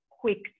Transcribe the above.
quick